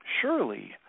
Surely